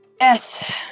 Yes